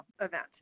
event